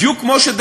בדיוק כמו שגם,